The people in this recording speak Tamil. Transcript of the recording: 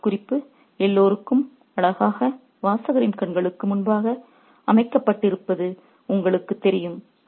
அந்த உட்குறிப்பு எல்லோருக்கும் அழகாக வாசகரின் கண்களுக்கு முன்பாக அமைக்கப்பட்டிருப்பது உங்களுக்குத் தெரியும்